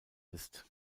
list